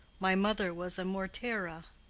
my mother was a morteira.